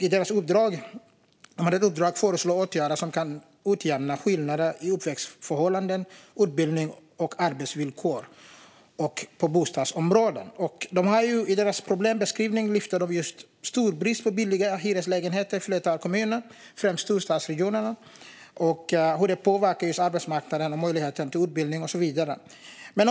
I uppdraget har ingått att föreslå åtgärder som kan utjämna skillnader i uppväxtförhållanden, utbildning och arbetsvillkor i bostadsområden. I problembeskrivningen lyfter de upp en stor brist på billiga hyreslägenheter i ett flertal kommuner, främst i storstadsregionerna, och hur den bristen påverkar arbetsmarknaden, möjligheten till utbildning och så vidare.